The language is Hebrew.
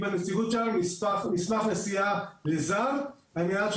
5,500 בערך.